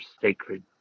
sacred